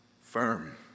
Firm